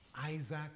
Isaac